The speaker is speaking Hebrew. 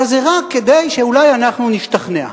אלא זה רק כדי שאולי אנחנו נשתכנע.